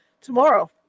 Tomorrow